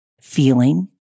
feeling